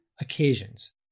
occasions